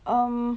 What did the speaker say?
um